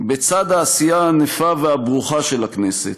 בצד העשייה הענפה והברוכה של הכנסת,